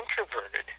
introverted